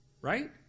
right